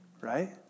Right